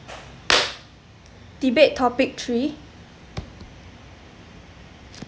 debate topic three